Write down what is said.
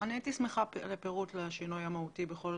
הייתי שמחה לפירוט לשינוי המהותי.